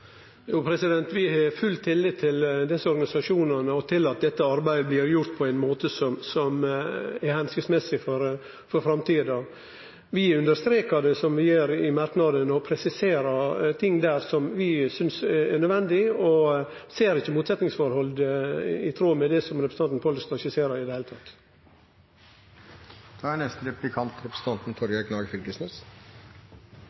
vi har full tillit til desse organisasjonane og til at dette arbeidet blir gjort på ein måte som er hensiktsmessig for framtida. Vi understrekar det, som vi gjer i merknaden, og presiserer ting der som vi synest er nødvendige, og ser ikkje motsetnadsforholdet som representanten Pollestad skisserer, i det heile. Det er jo ei sjømatindustrimelding vi behandlar i